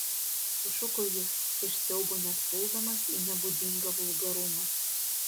sušuko jis iš siaubo net puldamas į nebūdingą vulgarumą